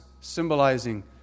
symbolizing